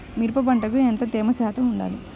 మిరప పంటకు ఎంత తేమ శాతం వుండాలి?